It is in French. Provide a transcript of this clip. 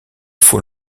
faut